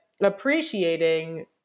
appreciating